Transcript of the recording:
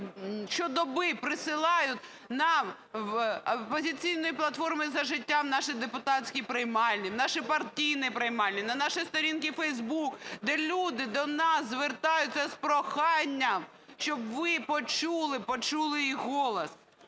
щодоби присилають нам, до "Опозиційної платформи – За життя", в наші депутатські приймальні, в наші партійні приймальні, на наші сторінки в Facebook, де люди до нас звертаються з проханням, щоб ви почули, почули їх голос.